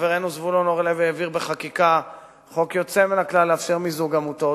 חברנו זבולון אורלב העביר בחקיקה חוק יוצא מהכלל לאפשר מיזוג עמותות,